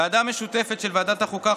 ועדה משותפת של ועדת החוקה,